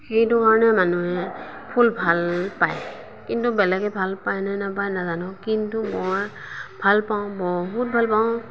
সেইটো কাৰণে মানুহে ফুল ভাল পায় কিন্তু বেলেগে ভাল পায় নে নেপায় নেজানো কিন্তু মই ভাল পাওঁ বহুত ভাল পাওঁ